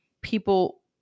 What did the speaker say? people